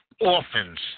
orphans